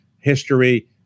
History